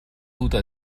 duta